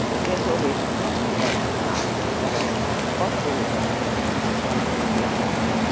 होटेलको रेट भन्नु पर्दामा अब तपाईँ कस्तो होटेलमा बस्नुहुन्छ सस्तो या महँगो